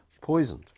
poisoned